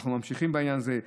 ואנחנו ממשיכים בעניין הזה,